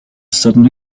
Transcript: sudden